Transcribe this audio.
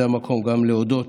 זה המקום גם להודות